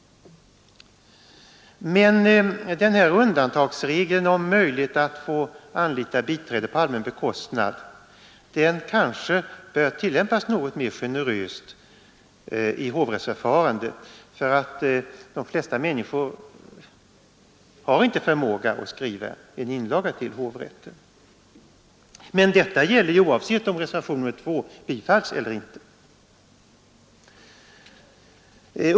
Men undantagsregeln om möjlighet att få anlita biträde på allmän bekostnad kanske bör tillämpas något mer generöst i hovrättsförfarandet därför att de flesta människor inte har förmåga att skriva en inlaga till hovrätten. Detta gäller emellertid oavsett om reservationen 2 bifalls eller inte.